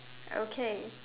okay